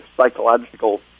psychological